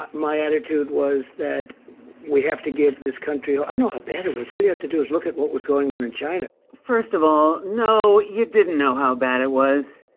but my attitude was that we have to give this country i know how bad it was. all you have to do is look at what was going on in china. first of all, no, you didn't know how bad it was.